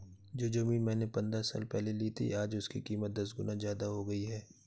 जो जमीन मैंने पंद्रह साल पहले ली थी, आज उसकी कीमत दस गुना जादा हो गई है